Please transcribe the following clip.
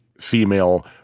female